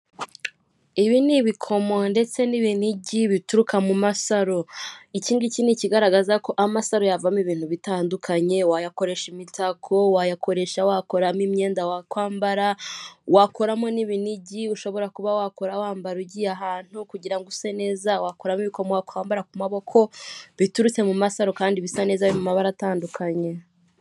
Ibi ni ibikomo ndetse n'ibinigi bituruka mu masaro. Iki ngiki ni ikigaragaza ko amasaro yavamo ibintu bitandukanye:wayakoresha imitako, wayakoresha wakoramo imyenda wa kwambara, wakoramo n'ibinigi ushobora kuba wakora wambara ugiye ahantu kugirango usa neza wakoramo ibikomo wakwambara ku maboko biturutse mu masaro kandi bisa neza mu mabara atandukanye.